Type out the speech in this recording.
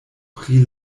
pri